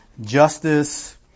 justice